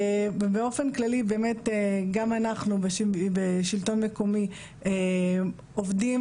באופן כללי גם אנחנו בשלטון מקומי עובדים